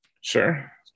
Sure